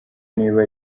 niba